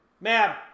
Ma'am